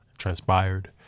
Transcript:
transpired